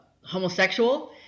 homosexual